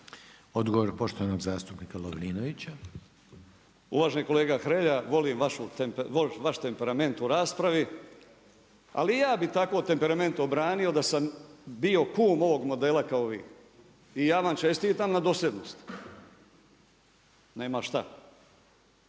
Ivan (Promijenimo Hrvatsku)** Uvaženi kolega Hrelja, volim vaš temperament u raspravi, ali i ja bi tako temperament obranio da sam bio kum ovog modela kao i vi. I ja vam čestitam na dosljednosti. Nema šta.